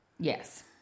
Yes